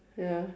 ya